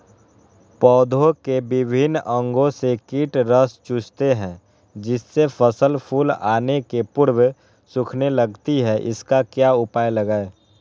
पौधे के विभिन्न अंगों से कीट रस चूसते हैं जिससे फसल फूल आने के पूर्व सूखने लगती है इसका क्या उपाय लगाएं?